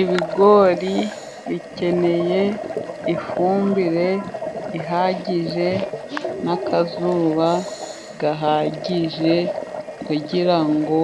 Ibigori bikeneye ifumbire ihagije n'akazuba gahagije, kugira ngo